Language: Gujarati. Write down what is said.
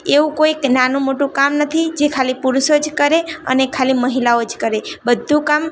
એવું કોઈક નાનું મોટું કામ નથી જે ખાલી પુરુષો જ કરે અને ખાલી મહિલાઓ જ કરે બધું કામ